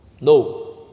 No